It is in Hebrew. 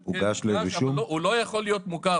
כן, הוגש, אבל הוא לא יכול מוכר.